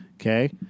Okay